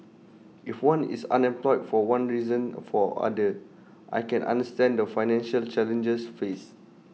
if one is unemployed for one reason for other I can understand the financial challenges faced